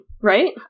right